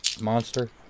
monster